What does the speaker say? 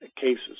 cases